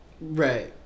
Right